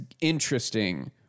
interesting